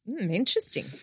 Interesting